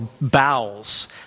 bowels